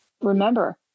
Remember